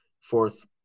fourth